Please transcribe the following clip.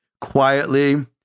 quietly